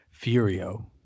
Furio